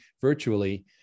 virtually